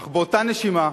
אך באותה נשימה,